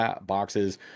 boxes